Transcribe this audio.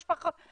זה גם המשפחות,